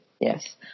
Yes